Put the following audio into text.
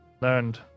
learned